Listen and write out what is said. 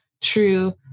true